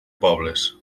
pobles